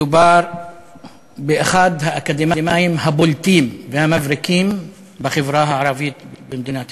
מדובר באחד האקדמאים הבולטים והמבריקים בחברה הערבית במדינת ישראל.